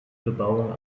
bebauung